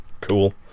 cool